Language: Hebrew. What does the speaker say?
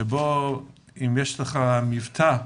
שבו אם יש לך מבטא רוסי,